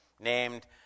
Named